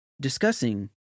discussing